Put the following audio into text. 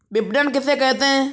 विपणन किसे कहते हैं?